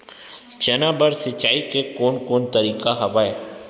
चना बर सिंचाई के कोन कोन तरीका हवय?